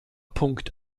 punkt